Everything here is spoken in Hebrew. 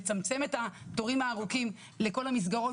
לצמצם את התורים הארוכים לכל המסגרות